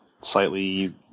slightly